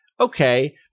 okay